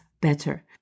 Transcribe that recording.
better